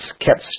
kept